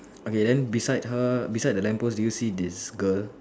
okay then beside her beside the lamppost do you see this girl